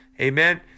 Amen